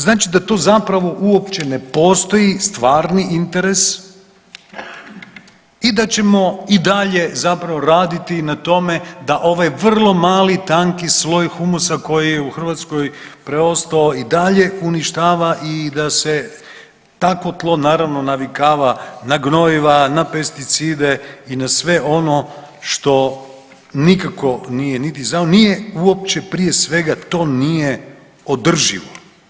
Znači da to zapravo uopće ne postoji stvarni interes i da ćemo i dalje zapravo raditi na tome da ovaj vrlo mali, tanki sloj humusa koji je u Hrvatskoj preostao i dalje uništava i da se takvo tlo naravno navikava na gnojiva, na pesticide i na sve ono što nikako nije niti …/nerazumljivo/… nije uopće prije svega to nije održivo.